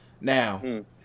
Now